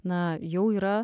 na jau yra